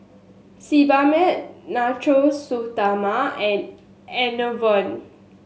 Sebamed Natura Stoma and Enervon